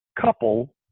couple